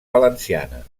valenciana